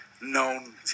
known